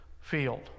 field